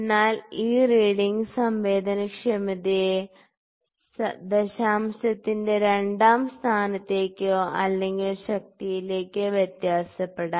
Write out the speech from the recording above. എന്നാൽ ഈ വായന സംവേദനക്ഷമതയെ ദശാംശത്തിന്റെ രണ്ടാം സ്ഥാനത്തേക്കോ അല്ലെങ്കിൽ ശക്തിയിലേക്കോ വ്യത്യാസപ്പെടാം